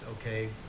okay